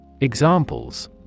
Examples